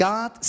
God